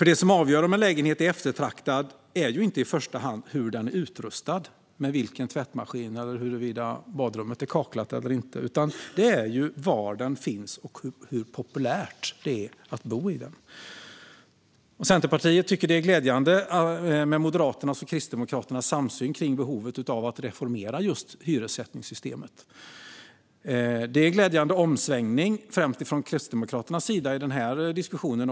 Det som avgör om en lägenhet är eftertraktad är inte i första hand hur den är utrustad - med vilken tvättmaskin eller huruvida badrummet är kaklat eller inte - utan var den finns och hur populärt det är att bo i den. Centerpartiet tycker att det är glädjande med Moderaternas och Kristdemokraternas samsyn kring behovet av att reformera hyressättningssystemet. Det är en glädjande omsvängning, främst från Kristdemokraternas sida i den här diskussionen.